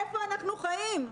איפה אנחנו חיים?